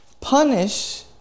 Punish